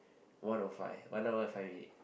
one O five one hour five minutes